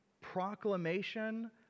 proclamation